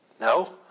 No